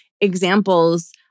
examples